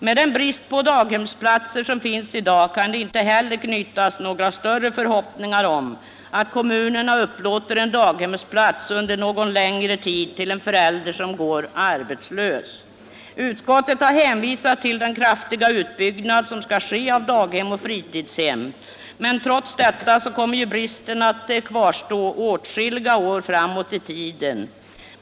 Med den brist på daghemsplatser som finns i dag kan man inte heller ha några större förhoppningar om att kommunerna upplåter en daghemsplats under någon längre tid till en förälder som går arbetslös. Utskottet har hänvisat till den kraftiga utbyggnad av daghem och fritidshem som skall ske, men trots denna utbyggnad kommer bristen att kvarstå åtskilliga år framåt i tiden.